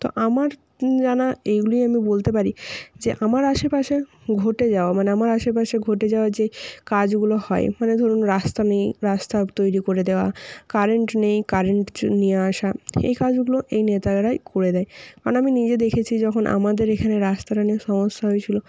তো আমার জানা এইগুলিই আমি বলতে পারি যে আমার আশেপাশে ঘটে যাওয়া মানে আমার আশেপাশে ঘটে যাওয়া যে কাজগুলো হয় মানে ধরুন রাস্তা নেই রাস্তা তৈরি করে দেওয়া কারেন্ট নেই কারেন্ট নিয়ে আসা এই কাজগুলো এই নেতারাই করে দেয় আমি নিজে দেখেছি যখন আমাদের এখানে রাস্তাটা নিয়ে সমস্যা হয়েছিল